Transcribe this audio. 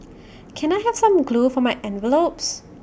can I have some glue for my envelopes